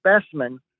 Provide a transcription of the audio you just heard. specimen